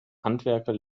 handwerker